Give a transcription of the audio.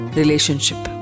relationship